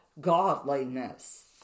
godliness